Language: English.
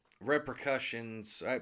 repercussions